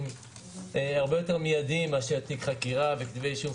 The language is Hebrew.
הרבה יותר מיידיים לעומת תיק חקירה וכתבי אישום.